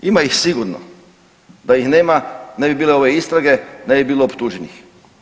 Ima ih sigurno, da ih nema ne bi bile ove istrage, ne bi bilo optuženih.